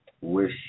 wish